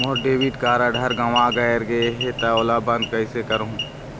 मोर debit card हर गंवा गैर गए हे त ओला बंद कइसे करहूं?